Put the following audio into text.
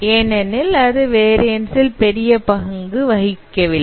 ஏனெனில் அது variance ல் பெரிய பங்கு வகிக்கவில்லை